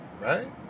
right